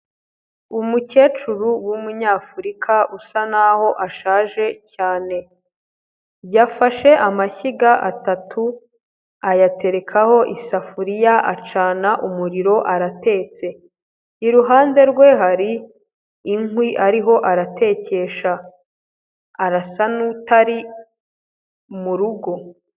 Umukecuru w'umunyafurika usa n'aho ashaje cyane, yafashe amashyiga atatu ayaterekaho isafuriya acana umuriro aratetse, iruhande rwe hari inkwi ariho aratekesha, arasa n'utari mu rugo.